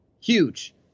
Huge